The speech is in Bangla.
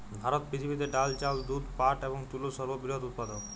ভারত পৃথিবীতে ডাল, চাল, দুধ, পাট এবং তুলোর সর্ববৃহৎ উৎপাদক